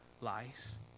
lies